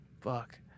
fuck